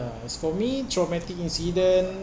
as for me traumatic incident